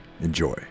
Enjoy